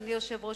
אדוני היושב-ראש,